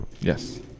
Yes